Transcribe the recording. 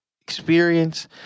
experience